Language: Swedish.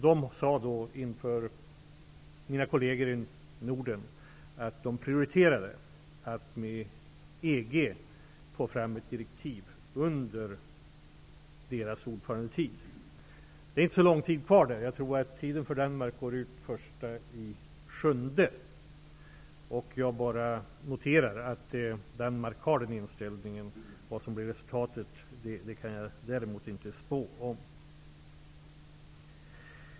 De sade inför mina kolleger i Norden att de prioriterade att med EG få fram ett direktiv under sin ordförandetid. Det är inte så lång tid kvar. Jag tror att tiden för Danmark går den 1 juli. Jag bara noterar att Danmark har den inställningen. Däremot kan jag inte spå om vad det kommer att bli för resultat.